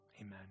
amen